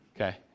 okay